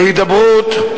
בהידברות,